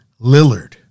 Lillard